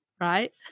Right